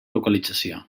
localització